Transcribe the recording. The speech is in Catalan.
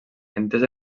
entesa